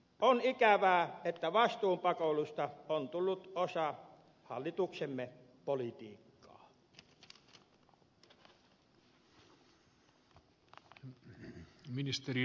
on ikävää että vastuunpakoilusta on tullut osa hallituksemme politiikkaa